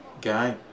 guy